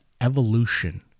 evolution